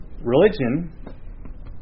Religion